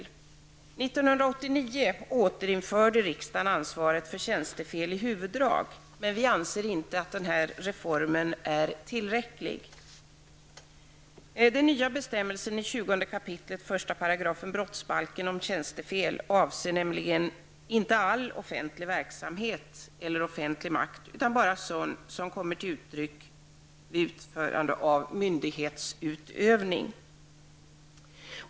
År 1989 återinförde riksdagen i sina huvuddrag lagen om ansvar för tjänstefel, men vi anser att den reform som då genomfördes inte var tillräcklig. Den nya bestämmelsen i 20 kap. 1 § i brottsbalken om tjänstefel avser nämligen inte all offentlig makt utan bara sådan som kommer till uttryck i samband med myndighetsutövning.